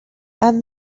and